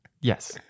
Yes